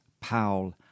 Paul